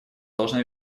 должна